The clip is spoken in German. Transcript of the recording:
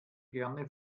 gerne